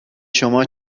شما